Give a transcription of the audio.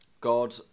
God